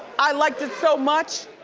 i liked it so much,